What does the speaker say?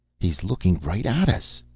he's looking right at us,